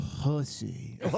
pussy